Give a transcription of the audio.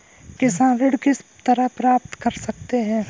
किसान ऋण किस तरह प्राप्त कर सकते हैं?